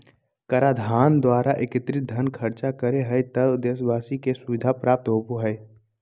कराधान द्वारा एकत्रित धन खर्च करा हइ त देशवाशी के सुविधा प्राप्त होबा हइ